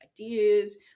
ideas